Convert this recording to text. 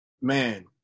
man